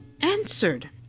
answered